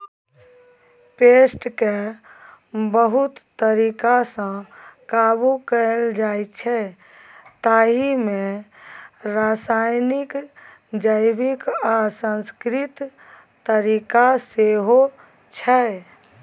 पेस्टकेँ बहुत तरीकासँ काबु कएल जाइछै ताहि मे रासायनिक, जैबिक आ सांस्कृतिक तरीका सेहो छै